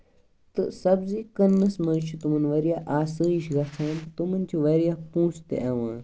تہٕ سَبزی کٕننَس منٛز چھُ تِمَن واریاہ آسٲیِش گژھان تِمَن چھُ واریاہ پونٛسہٕ تہِ یِوان